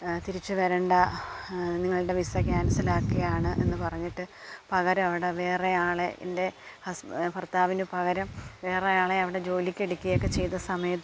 തിരിച്ചു വരണ്ട നിങ്ങളുടെ വിസ ക്യാൻസലാക്കുകയാണ് എന്നു പറഞ്ഞിട്ട് പകരം അവിടെ വേറെ ആളെ എൻ്റെ ഹസ് ഭർത്താവിനു പകരം വേറെ ആളെ അവിടെ ജോലിക്കെടുക്കുകയൊക്കെ ചെയ്തസമയത്ത്